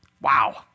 Wow